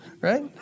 right